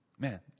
Man